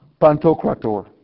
pantocrator